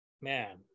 man